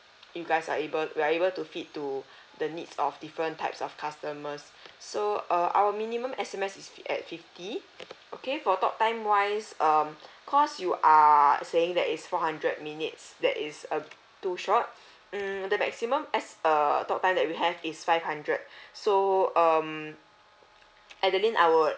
you guys are able we are able to fit to the needs of different types of customers so uh our minimum S_M_S is at fifty okay for talk time wise um cause you are saying that is four hundred minutes that is uh too short mm the maximum as err talk time that we have is five hundred so um adeline I would